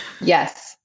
yes